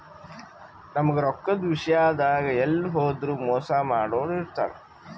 ನಮ್ಗ್ ರೊಕ್ಕದ್ ವಿಷ್ಯಾದಾಗ್ ಎಲ್ಲ್ ಹೋದ್ರು ಮೋಸ್ ಮಾಡೋರ್ ಇರ್ತಾರ